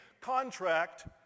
contract